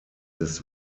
des